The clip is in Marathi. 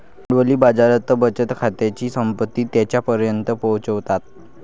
भांडवली बाजार बचतकर्त्यांची संपत्ती त्यांच्यापर्यंत पोहोचवतात